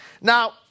Now